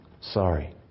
sorry